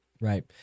Right